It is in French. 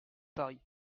paris